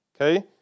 Okay